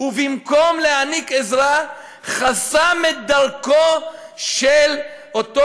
ובמקום להעניק עזרה חסם את דרכו של אותו